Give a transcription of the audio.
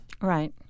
right